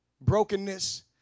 brokenness